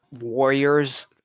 Warriors